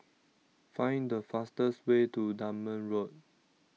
find the fastest way to Dunman Road